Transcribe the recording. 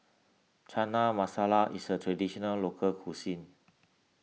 Chana Masala is a Traditional Local Cuisine